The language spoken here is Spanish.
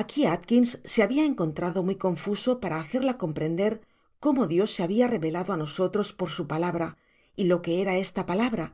aqui atkins se habia encontrado muy confuso para hacerla comprender cómo dios se habia revelado á nosotros por su palabra y lo que era esta palabra